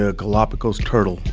ah galapagos turtle,